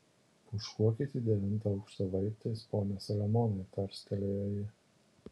pūškuokit į devintą aukštą laiptais pone saliamonai tarstelėjo ji